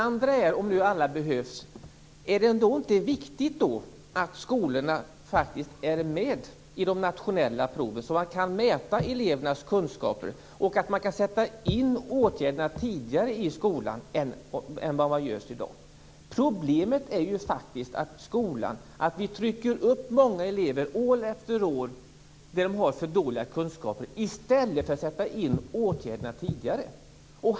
Vidare: Om nu alla behövs, är det inte viktigt att skolorna faktiskt är med i de nationella proven så att man kan mäta elevernas kunskaper och kan sätta in åtgärderna i skolan tidigare än i dag? Problemet är faktiskt att vi i skolan år efter år trycker upp många elever med för dåliga kunskaper i stället för att sätta in åtgärderna tidigare.